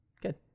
Good